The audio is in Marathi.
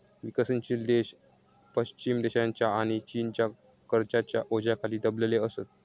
विकसनशील देश पश्चिम देशांच्या आणि चीनच्या कर्जाच्या ओझ्याखाली दबलेले असत